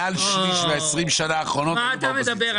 מעל שליש ב-20 השנה האחרונות אנחנו באופוזיציה.